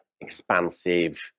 expansive